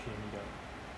便宜的